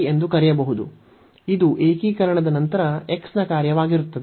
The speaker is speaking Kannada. ಇದು ಏಕೀಕರಣದ ನಂತರ x ನ ಕಾರ್ಯವಾಗಿರುತ್ತದೆ